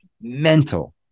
mental